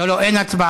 לא לא, אין הצבעה.